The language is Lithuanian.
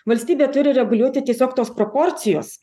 valstybė turi reguliuoti tiesiog tos proporcijos